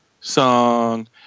song